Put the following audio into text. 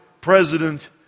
President